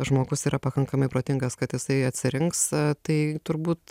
žmogus yra pakankamai protingas kad jisai atsirinks tai turbūt